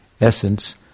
essence